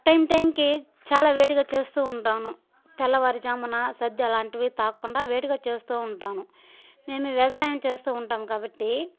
time టైంకి చాలా వేడిగా చేస్తూ ఉంటాను తెల్లవారుజామున సద్ది అలాంటివి తాకకుండా వేడిగా చేస్తుంటాను మేము వ్యవసాయం చేస్తూ ఉంటాం కాబట్టి